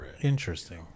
Interesting